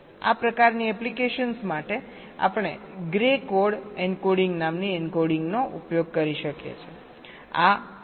આ પ્રકારની એપ્લિકેશન્સ માટે આપણે ગ્રે કોડ એન્કોડિંગ નામની એન્કોડિંગ નો ઉપયોગ કરી શકીએ છીએ